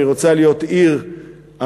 אם היא רוצה להיות עיר אמיתית,